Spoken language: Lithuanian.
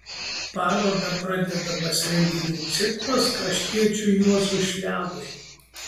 paroda pradedamas renginių ciklas kraštiečiui juozui šliavui